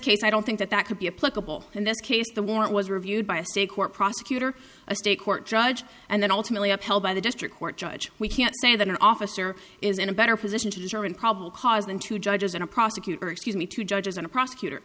case i don't think that that could be a political in this case the warrant was reviewed by a state court prosecutor a state court judge and then ultimately upheld by the district court judge we can't say that an officer is in a better position to determine probable cause than two judges in a prosecutor excuse me two judges in a prosecutor